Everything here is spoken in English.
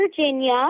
Virginia